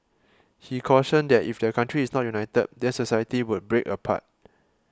he cautioned that if the country is not united then society would break apart